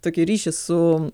tokį ryšį su